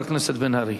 חבר הכנסת בן-ארי,